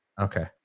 Okay